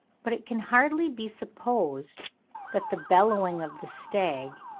but it can hardly be supposed that the bellowing of the stag,